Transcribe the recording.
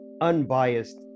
unbiased